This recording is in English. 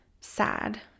sad